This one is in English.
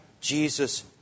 Jesus